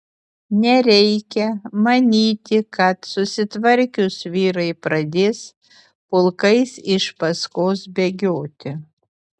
nereikia manyti kad susitvarkius vyrai pradės pulkais iš paskos bėgioti